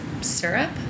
syrup